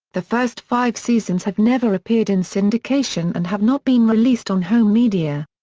the first five seasons have never appeared in syndication and have not been released on home media.